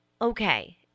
okay